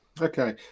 Okay